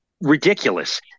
ridiculous